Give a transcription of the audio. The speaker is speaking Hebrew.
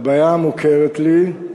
הבעיה מוכרת לי.